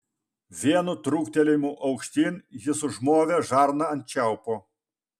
vienu trūktelėjimu aukštyn jis užmovė žarną ant čiaupo